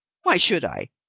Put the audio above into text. why should i?